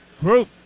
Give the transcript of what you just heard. group